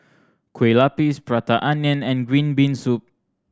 kue lupis Prata Onion and green bean soup